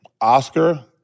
Oscar